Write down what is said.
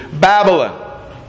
Babylon